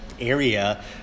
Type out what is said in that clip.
area